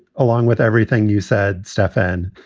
along with everything you said, stefan,